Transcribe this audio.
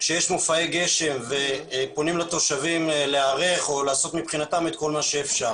כשיש מופעי גשם ופונים לתושבים להיערך או לעשות מבחינתם את כל מה שאפשר.